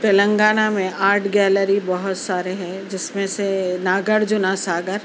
تلنگانہ میں art gallery بہت سارے ہے جس میں سے ناگ ارجنا ساگر